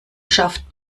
schafft